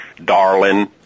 darling